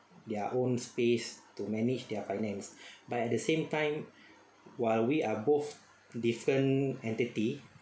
their own space to manage their finance but at the same time while we are both different entity